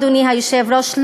אדוני היושב-ראש,